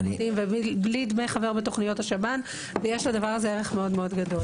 פרטיים ובלי דמי חבר בתכניות השב"ן ויש לדבר הזה ערך מאוד מאוד גדול.